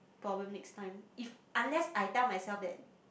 problem next time if unless I tell myself that